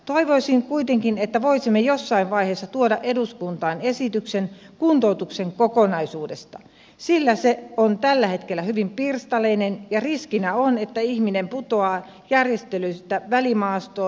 toivoisin kuitenkin että voisimme jossain vaiheessa tuoda eduskuntaan esityksen kuntoutuksen kokonaisuudesta sillä se on tällä hetkellä hyvin pirstaleinen ja riskinä on että ihminen putoaa järjestelyistä välimaastoon